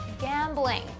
gambling